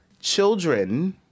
children